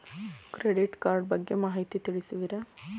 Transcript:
Credit card ಬಗ್ಗೆ ಮಾಹಿತಿ ತಿಳಿಸುವಿರಾ?